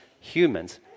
humans